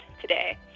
today